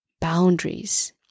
boundaries